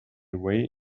way